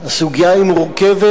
הסוגיה היא מורכבת,